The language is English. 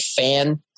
fan